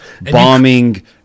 bombing